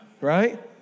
right